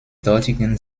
dortigen